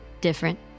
different